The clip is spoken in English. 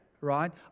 right